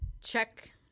check